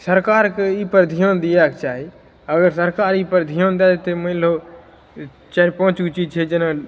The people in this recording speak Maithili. सरकारके ई पर धिआन दिएके चाही अगर सरकार एहि पर धिआन दै देतै मानि लहो चारि पाँच गो चीज छै जेना